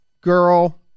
girl